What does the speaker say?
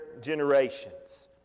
generations